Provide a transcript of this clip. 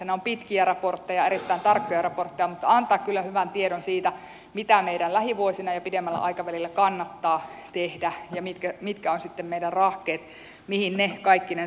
ne ovat pitkiä raportteja erittäin tarkkoja raportteja mutta antavat kyllä hyvän tiedon siitä mitä meidän lähivuosina ja pidemmällä aikavälillä kannattaa tehdä ja mitkä ovat meidän rahkeemme mihin ne kaikkinensa riittävät